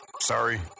Sorry